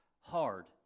hard